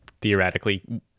theoretically